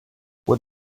what